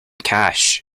cash